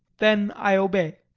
then i obey.